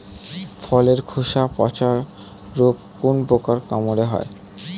ফলের খোসা পচা রোগ কোন পোকার কামড়ে হয়?